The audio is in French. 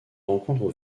rencontrent